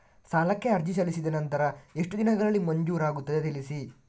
ಸಾಲಕ್ಕೆ ಅರ್ಜಿ ಸಲ್ಲಿಸಿದ ನಂತರ ಎಷ್ಟು ದಿನಗಳಲ್ಲಿ ಮಂಜೂರಾಗುತ್ತದೆ ತಿಳಿಸಿ?